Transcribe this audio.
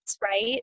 Right